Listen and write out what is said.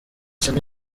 shanel